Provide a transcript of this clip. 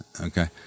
okay